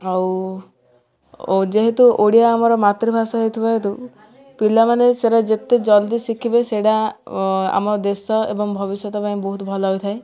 ଆଉ ଯେହେତୁ ଓଡ଼ିଆ ଆମର ମାତୃଭାଷା ହେଇଥିବା ହେତୁ ପିଲାମାନେ ସେଇଟା ଯେତେ ଜଲଦି ଶିଖିବେ ସେଇଟା ଆମ ଦେଶ ଏବଂ ଭବିଷ୍ୟତ ପାଇଁ ବହୁତ ଭଲ ହୋଇଥାଏ